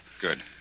Good